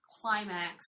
climax